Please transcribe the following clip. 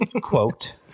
Quote